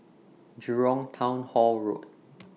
Jurong Town Hall Road